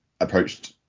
approached